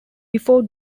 before